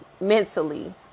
mentally